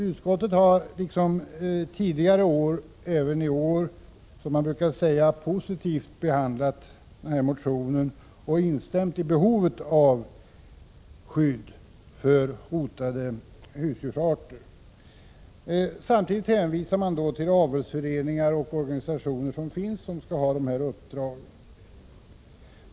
Utskottet har i år liksom tidigare år, som man brukar säga, positivt behandlat den här motionen och instämt i att det föreligger behov av skydd för hotade husdjursarter. Samtidigt hänvisar utskottet till de avelsföreningar och organisationer som finns och som har dessa uppdrag.